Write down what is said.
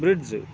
bridge